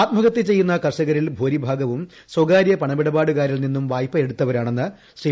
ആത്മഹത്യ ചെയ്യുന്ന കർഷകരിൽ ഭൂരി ഭാഗവും സ്വകാര്യ പണമിടപാടുകാരിൽ നിന്നും വായ്പ എടുത്തവരാണെന്ന് ശ്രീ